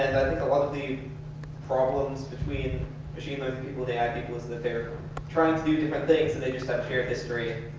a lot of the problems between machine learning people and ai people is that they're trying to do different things and they just have shared history